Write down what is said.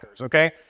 okay